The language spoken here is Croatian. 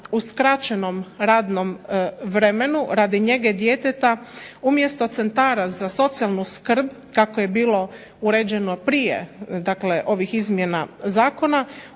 u skraćenom radnom vremenu radi njege djeteta umjesto centara za socijalnu skrb kako je bilo uređeno prije ovih izmjena zakona